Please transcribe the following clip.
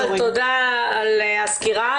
אבל תודה על הסקירה.